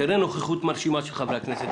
תראה נוכחות מרשימה של חברי הכנסת.